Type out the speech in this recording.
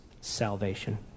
salvation